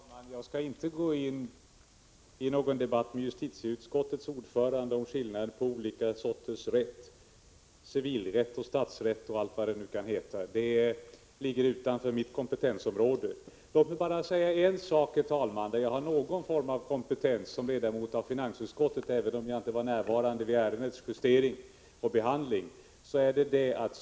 Herr talman! Jag skall inte gå in i någon debatt med justitieutskottets ordförande om skillnaden mellan olika sorters rätt — statsrätt, civilrätt och allt vad det kan heta. Det ligger utanför mitt kompetensområde. Låt mig dock säga en sak, herr talman, där jag har någon kompetens som ledamot av finansutskottet, även om jag inte var närvarande vid ärendets behandling och justering.